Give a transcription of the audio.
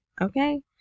okay